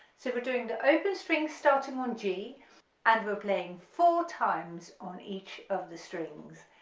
so we're doing the open string starting on g and we're playing four times on each of the strings,